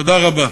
תודה רבה.